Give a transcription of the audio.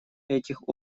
этих